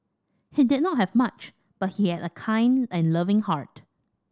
he did not have much but he had a kind and loving heart